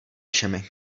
všemi